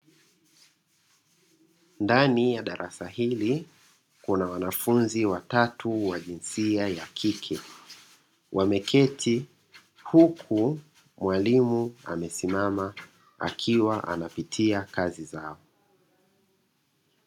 Ndani ya darasa hili, kuna wanafunzi watatu wa jinsia ya kike wameketi, huku mwalimu amesimama akiwa anapitia kazi zao.